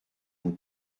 vous